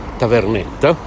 tavernetta